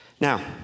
Now